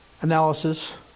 analysis